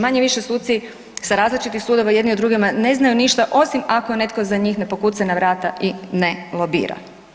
Manje-više suci sa različitih sudova jedni o drugima ne znaju ništa osim ako za njih ne pokuca na vrata i ne lobira.